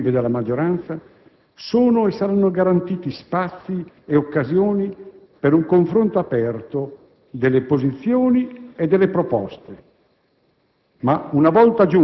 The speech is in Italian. All'interno dell'Esecutivo e della maggioranza sono e saranno garantiti spazi e occasioni per un confronto aperto delle posizioni e delle proposte